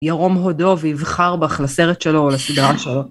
ירום הודו ויבחר בך לסרט שלו או לסדרה שלו.